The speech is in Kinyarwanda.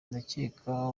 ndakeka